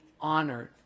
honored